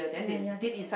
yeah yeah the